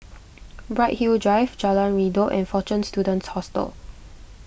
Bright Hill Drive Jalan Redop and fortune Students Hostel